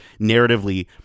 narratively